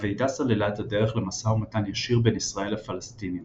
הוועידה סללה את הדרך למשא ומתן ישיר בין ישראל לפלסטינים.